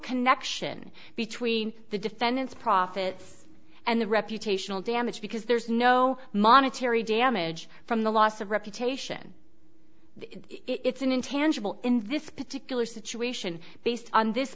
connection between the defendants profits and the reputational damage because there's no monetary damage from the loss of reputation it's an intangible in this particular situation based on this